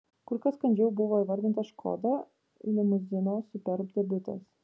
kur kas kandžiau buvo įvertintas škoda limuzino superb debiutas